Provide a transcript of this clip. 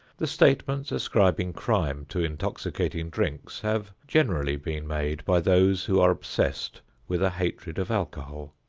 the statements ascribing crime to intoxicating drinks have generally been made by those who are obsessed with a hatred of alcohol.